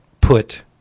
put